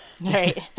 Right